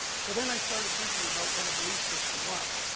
so then i started thinking about what a belief system was